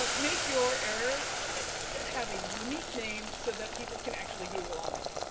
but make your error have a unique name so that people can actually google on it.